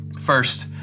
First